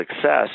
success